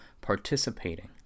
participating